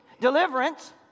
Deliverance